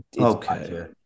okay